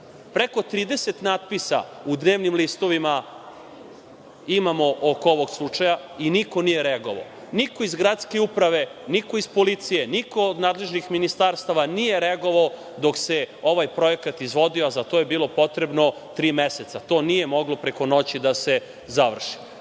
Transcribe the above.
preko 30 natpisa u dnevnim listovima imamo oko ovog slučaja i niko nije reagovao. Niko iz gradske uprave, niko iz policije, niko od nadležnih ministarstava nije reagovao dok se ovaj projekat izvodio, a za to je bilo potrebno tri meseca. To nije moglo preko noći da se završi.